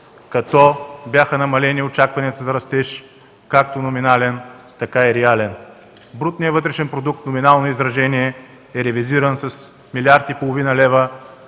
като бяха намалени очакванията за растеж – както номинален, така и реален. Брутният вътрешен продукт в номинално изражение е ревизиран с милиард и половина лева